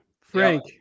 Frank